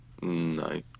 no